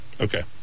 Okay